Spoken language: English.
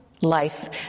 life